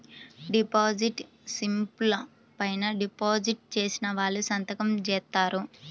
deposit స్లిపుల పైన deposit చేసిన వాళ్ళు సంతకం జేత్తారు